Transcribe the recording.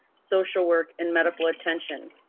social work, and medical attention.